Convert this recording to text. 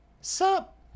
sup